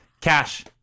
Cash